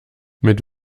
mit